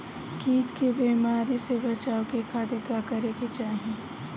कीट के बीमारी से बचाव के खातिर का करे के चाही?